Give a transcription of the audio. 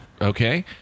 Okay